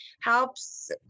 helps